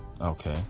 Okay